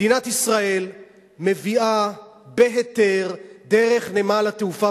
מדינת ישראל מביאה בהיתר דרך נמל התעופה